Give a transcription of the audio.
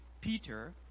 Peter